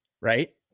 right